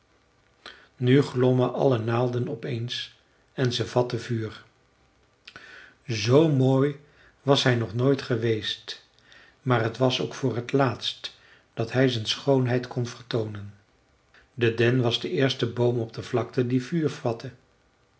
nu glommen alle naalden op eens en ze vatten vuur z mooi was hij nog nooit geweest maar t was ook voor t laatst dat hij zijn schoonheid kon vertoonen de den was de eerste boom op de vlakte die vuur vatte